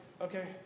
okay